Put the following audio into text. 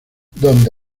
donde